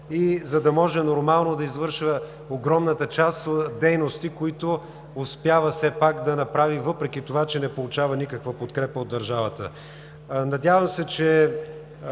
и за да може нормално да извършва огромната част дейности, които успява все пак да направи, въпреки че не получава никаква подкрепа от държавата. Надявам се, че